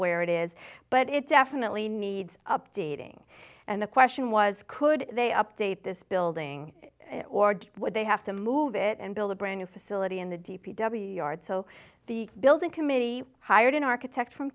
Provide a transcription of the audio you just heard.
where it is but it definitely needs updating and the question was could they update this building or do what they have to move it and build a brand new facility in the d p w yard so the building committee hired an architect from